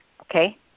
okay